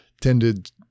tended